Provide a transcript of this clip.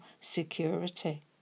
security